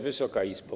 Wysoka Izbo!